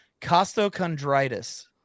costochondritis